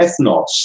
ethnos